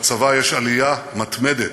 בצבא יש עלייה מתמדת,